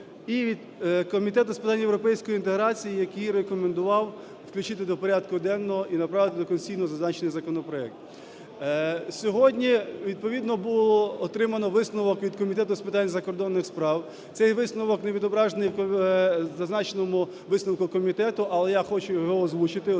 і Комітету з питань європейської інтеграції, який рекомендував включити до порядку денного і направити до Конституційного зазначений законопроект. Сьогодні, відповідно, було отримано висновок від Комітету з питань закордонних справ. Цей висновок не відображений в зазначеному висновку комітету, але я хочу його озвучити,